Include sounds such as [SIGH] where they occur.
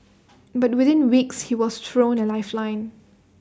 [NOISE] but within weeks he was thrown A lifeline